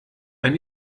ein